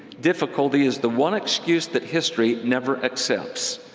difficulty is the one excuse that history never accepts,